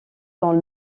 dans